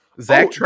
Zach